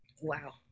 Wow